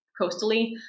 coastally